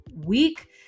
week